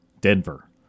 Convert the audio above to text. Denver